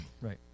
Right